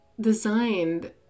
designed